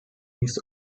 his